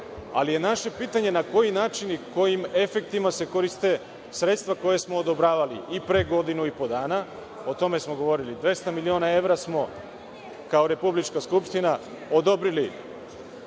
ali je naše pitanje na koji način i kojim efektima se koriste sredstva koja smo odobravali i pre godinu i po dana, o tome smo govorili. Dvesta miliona evra smo kao Republička skupština odobrili